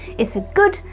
it's a good,